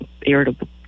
irritable